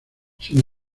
sin